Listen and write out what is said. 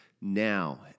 Now